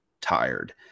tired